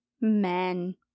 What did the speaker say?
men